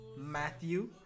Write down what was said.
matthew